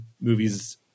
movies